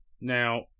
Now